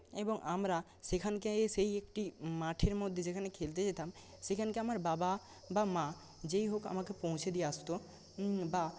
এবং আমরা সেখানকার সেই একটি মাঠের মধ্যে যেখানে খেলতে যেতাম সেখানেই আমার বাবা বা মা যেই হোক আমাকে পৌঁছে দিয়ে আসত বা